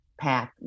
path